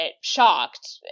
shocked